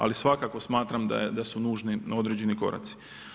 Ali, svakako smatram da su nužni određeni koraci.